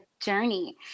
journey